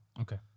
Okay